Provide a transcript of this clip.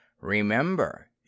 Remember